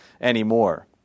anymore